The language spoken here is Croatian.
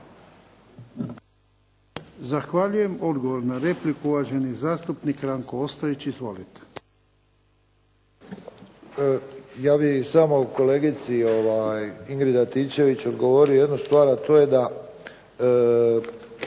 Zahvaljujem. Odgovor na repliku, uvaženi zastupnik Ranko Ostojić. Izvolite. **Ostojić, Ranko (SDP)** Ja bih samo kolegici Ingrid Antičević odgovorio jednu stvar, a to je da